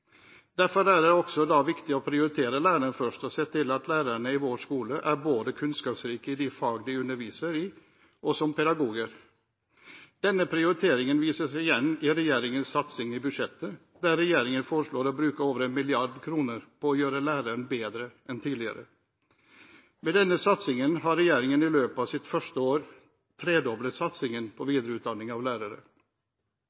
Derfor er det også viktig å prioritere læreren først, og se til at lærerne i vår skole er kunnskapsrike i både de fag de underviser i, og som pedagoger. Denne prioriteringen vises igjen i regjeringens satsing i budsjettet, der regjeringen foreslår å bruke over 1 mrd. kr på å gjøre læreren bedre enn tidligere. Med denne satsingen har regjeringen i løpet av sitt første år tredoblet satsingen på